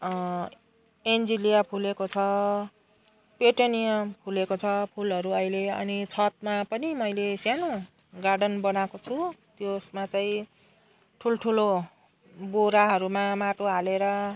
Angelia फुलेको छ petunia फुलेको छ फुलहरू अहिले अनि छतमा पनि मैले सानो गार्डन बनाएको छु त्यसमा चाहिँ ठुल्ठुलो बोराहरूमा माटो हालेर